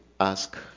ask